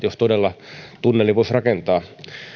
jos todella tunnelin voisi rakentaa